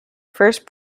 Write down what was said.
first